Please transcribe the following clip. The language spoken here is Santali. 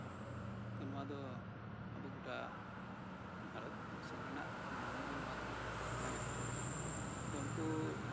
ᱛᱚ ᱱᱚᱶᱟ ᱫᱚ ᱟᱵᱚ ᱜᱚᱴᱟ ᱵᱷᱟᱨᱚᱛ ᱫᱤᱥᱚᱢ ᱨᱮᱱᱟᱜ ᱱᱤᱭᱚᱢ ᱜᱮ ᱱᱚᱶᱟ ᱠᱟᱱᱟ ᱛᱟᱦᱮᱱᱟᱠᱚ ᱛᱚ ᱩᱱᱠᱩ